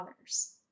others